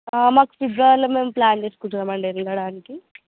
మాకు ఫిబ్రవరిలో మేము ప్లాన్ చేసుకుంటున్నాము అండి వెళ్ళడానికి